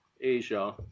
Asia